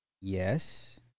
Yes